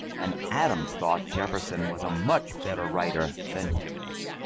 and adams thought jefferson was a much better writer than he was.